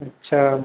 अच्छा